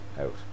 out